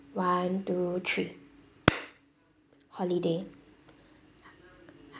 one two three holiday